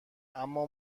اما